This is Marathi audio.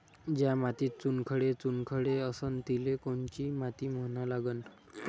ज्या मातीत चुनखडे चुनखडे असन तिले कोनची माती म्हना लागन?